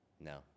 No